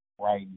Right